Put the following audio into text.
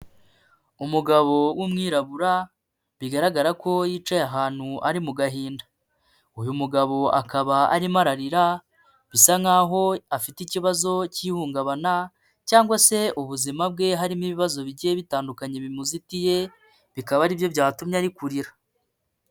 Umugabo w'umwirabura, bigaragara ko yicaye ahantu ari mu gahinda, uyu mugabo akaba arimo ararira bisa nk'aho afite ikibazo cy'ihungabana cyangwa se ubuzima bwe harimo ibibazo bigiye bitandukanye bimuzitiye, bikaba ari byo byatumye ari kurira.